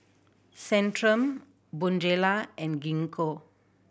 Centrum Bonjela and Gingko